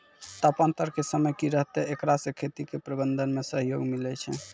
तापान्तर के समय की रहतै एकरा से खेती के प्रबंधन मे सहयोग मिलैय छैय?